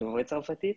דוברי צרפתית.